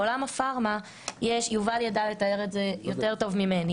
בעולם הפארמה - יובל ידע לתאר את זה יותר טוב ממני